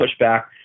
pushback